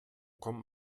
kommen